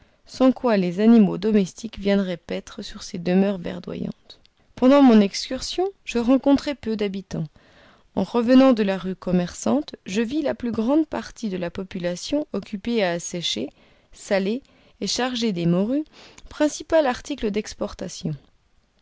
sans quoi les animaux domestiques viendraient paître sur ces demeures verdoyantes pendant mon excursion je rencontrai peu d'habitants en revenant de la rue commerçante je vis la plus grande partie de la population occupée à sécher saler et charger des morues principal article d'exportation